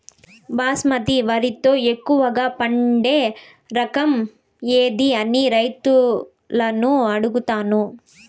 బాస్మతి వరిలో ఎక్కువగా పండే రకం ఏది అని రైతులను అడుగుతాను?